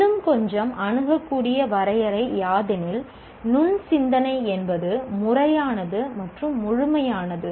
இன்னும் கொஞ்சம் அணுகக்கூடிய வரையறை யாதெனில் நுண் சிந்தனை என்பது முறையானது மற்றும் முழுமையானது